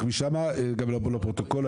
אפשר?